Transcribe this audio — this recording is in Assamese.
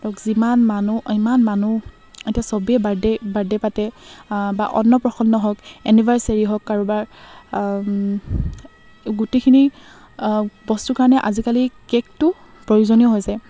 ধৰক যিমান মানুহ ইমান মানুহ এতিয়া চবেই বাৰ্থডে' বাৰ্থডে' পাতে বা অন্নপ্ৰসন্ন হওক এনিভাৰ্চেৰী হওক কাৰোবাৰ গোটেইখিনি বস্তুৰ কাৰণে আজিকালি কে'কটো প্ৰয়োজনীয় হৈ যায়